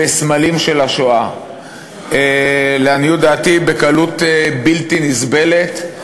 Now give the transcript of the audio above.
בסמלים של השואה, לעניות דעתי בקלות בלתי נסבלת.